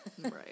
Right